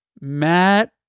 Matt